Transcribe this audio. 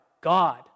God